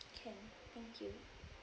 can thank you